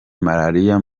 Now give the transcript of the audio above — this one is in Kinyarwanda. malariya